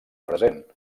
present